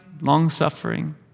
long-suffering